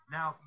Now